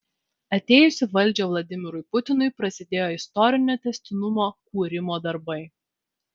atėjus į valdžią vladimirui putinui prasidėjo istorinio tęstinumo kūrimo darbai